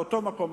באותו מקום,